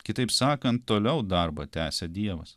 kitaip sakant toliau darbą tęsia dievas